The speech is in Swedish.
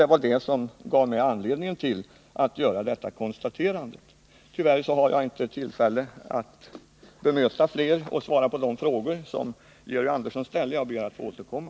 Tyvärr har jag inte tillfälle att i denna replik bemöta Georg Andersson ytterligare och svara på de övriga frågor som han ställde. Jag ber att få återkomma.